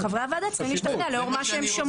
חברי הוועדה צריכים להשתכנע לאור מה שהם שמעו.